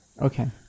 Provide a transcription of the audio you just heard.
Okay